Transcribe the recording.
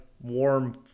warm